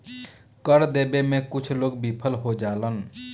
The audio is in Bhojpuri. कर देबे में कुछ लोग विफल हो जालन